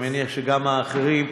אני מניח שגם האחרים,